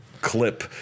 clip